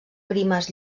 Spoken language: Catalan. primes